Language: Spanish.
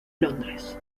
londres